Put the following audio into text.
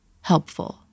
helpful